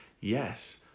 yes